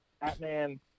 Batman